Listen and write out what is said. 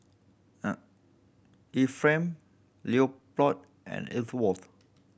Ephraim Leopold and Elsworth